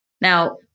Now